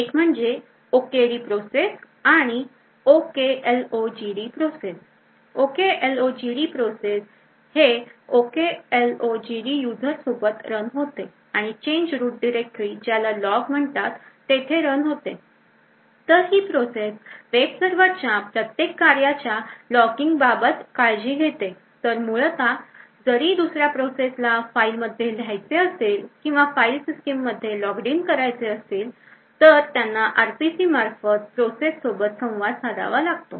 एक म्हणजे OKD process आणि OKLOGD प्रोसेस OKLOGD प्रोसेस हे OKLOGD यूजर सोबत रन होते आणि ते चेंज रूट डिरेक्टरी ज्याला log म्हणतात तेथे रन होते तर ही प्रोसेस वेब सर्वरच्या प्रत्येक कार्याच्या logging बाबत काळजी घेते तर मुळतः जरी दुसऱ्या प्रोसेस ला फाईल मध्ये लिहायचं असेल किंवा फाईल सिस्टीम मध्ये logged in करायचे असेल तर त्यांना RPCs मार्फत प्रोसेस सोबत संवाद साधावा लागतो